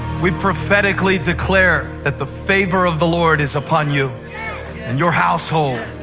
we prophetically declare that the favor of the lord is upon you and your household.